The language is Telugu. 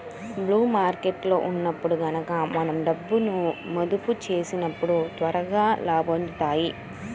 బుల్ మార్కెట్టులో ఉన్నప్పుడు గనక మనం డబ్బును మదుపు చేసినప్పుడు త్వరగా లాభాలొత్తాయి